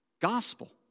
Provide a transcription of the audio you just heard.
gospel